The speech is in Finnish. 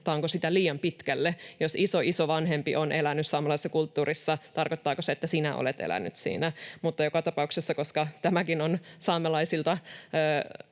sitä liian pitkälle. Jos isoisovanhempi on elänyt saamelaisessa kulttuurissa, tarkoittaako se, että sinä olet elänyt siinä? Mutta joka tapauksessa, koska tämäkin on saamelaisilta